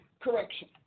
correction